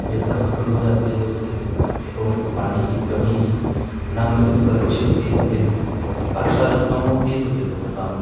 बेहतर फसल हो जाती है उसे खेतों में पानी की कमी ना होने से फसल अच्छी होती है फिर वर्षा जब कम होती है तो खेतों में काम